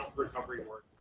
recovery work?